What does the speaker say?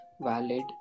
valid